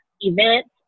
events